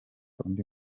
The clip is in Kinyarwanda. undi